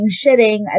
shitting